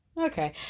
okay